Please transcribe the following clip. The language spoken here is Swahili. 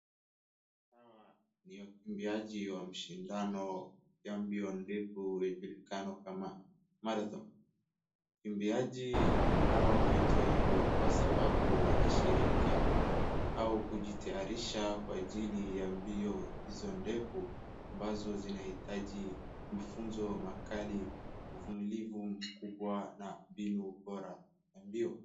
Hawa ni wakimbiaji wa mashindano ya mbio ndefu, ijulikanayo kama marathon . Wakimbiaji hawa huitwa hivyo kwa sababu wanashirika au kujitayarisha kwa jili ya mbio hizo ndefu, ambazo zinahitaji mfuzo makali, uvumilivu mkubwa na mbinu bora ya mbio.